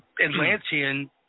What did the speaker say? atlantean